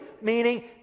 meaning